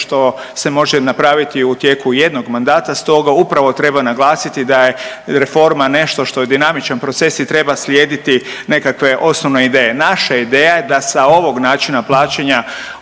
što se može napraviti u tijeku jednog mandata. Stoga upravo treba naglasiti da je reforma nešto što je dinamičan proces i treba slijediti nekakve osnovne ideje. Naša ideja je da sa ovog načina plaćanja